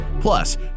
Plus